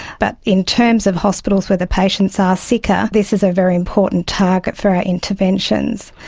but in terms of hospitals where the patients are sicker, this is a very important target for our interventions.